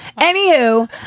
Anywho